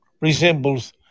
resembles